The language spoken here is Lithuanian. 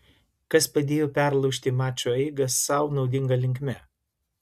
kas padėjo perlaužti mačo eigą sau naudinga linkme